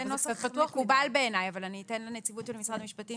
מקובל בעיניי אבל אני אתן לנציבות להתייחס.